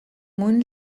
мөн